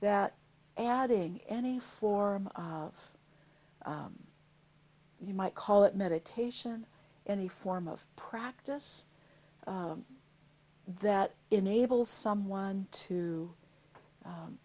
that adding any form of you might call it meditation any form of practice that enables someone to